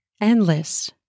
Endless